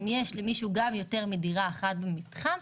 אם יש למישהו יותר מדירה אחת במתחם,